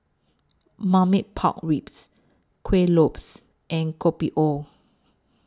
Marmite Pork Ribs Kueh Lopes and Kopi O